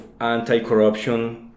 anti-corruption